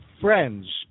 Friends